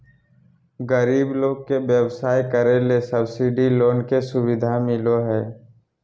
गरीब लोग के व्यवसाय करे ले सब्सिडी लोन के सुविधा मिलो हय